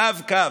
קו-קו,